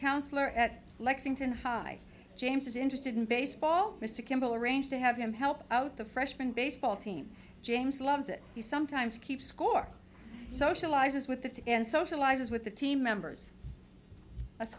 counselor at lexington high james is interested in baseball mr kimball arranged to have him help out the freshman baseball team james loves you sometimes keep score socializes with that and socializes with the team members tha